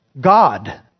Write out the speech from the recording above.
God